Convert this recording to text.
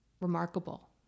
remarkable